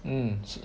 mm 是